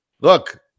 look